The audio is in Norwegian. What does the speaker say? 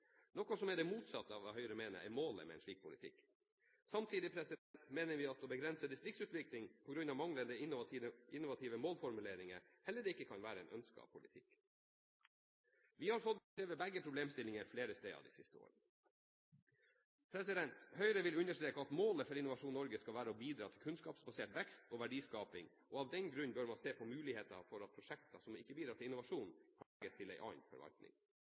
noe som er det motsatte av hva Høyre mener er målet med en slik politikk. Samtidig mener vi at å begrense distriktsutvikling på grunn av manglende innovative målformuleringer heller ikke kan være en ønsket politikk. Vi har fått beskrevet begge problemstillingene flere steder de siste årene. Høyre vil understreke at målet for Innovasjon Norge skal være å bidra til kunnskapsbasert vekst og verdiskaping. Av den grunn bør man se på muligheter for at prosjekter som ikke bidrar til innovasjon, kan legges til en annen forvaltning.